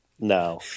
No